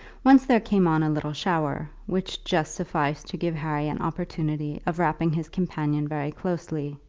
once there came on a little shower, which just sufficed to give harry an opportunity of wrapping his companion very closely,